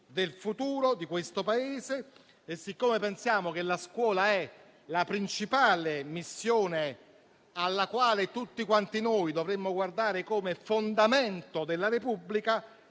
del futuro di questo Paese. Siccome pensiamo che la scuola sia la principale missione alla quale tutti noi dovremmo guardare come fondamento della Repubblica,